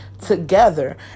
together